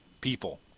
people